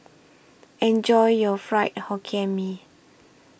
Enjoy your Fried Hokkien Mee